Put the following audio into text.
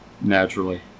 Naturally